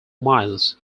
miles